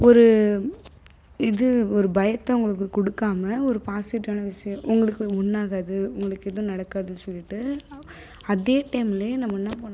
ஒரு இது ஒரு பயத்தை அவங்களுக்கு கொடுக்காமல் ஒரு பாசிட்டிவான விஷயம் உங்களுக்கு ஒன்றுகாது உங்களுக்கு எதுவும் நடக்காதுன்னு சொல்லிட்டு அதே டைமில் நம்ம என்ன பண்ணனுனா